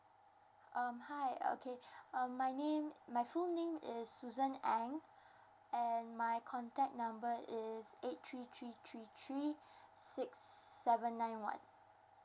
um hi okay um my name my full name is susanne ang and my contact number is eight three three three three six seven nine one